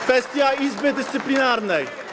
Kwestia Izby Dyscyplinarnej.